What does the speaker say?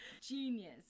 Genius